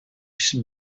had